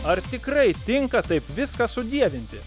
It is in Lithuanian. ar tikrai tinka taip viską sudievinti